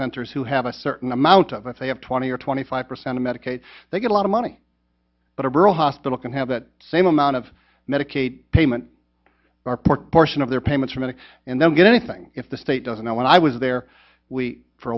centers who have a certain amount of f a have twenty or twenty five percent of medicaid they get a lot of money but a rural hospital can have that same amount of medicaid payment or part portion of their payments for many and then get anything if the state doesn't i when i was there we for